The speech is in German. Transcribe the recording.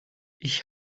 ich